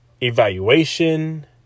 evaluation